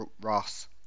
Ross